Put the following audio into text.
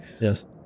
Yes